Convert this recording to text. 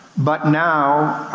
but now,